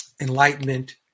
enlightenment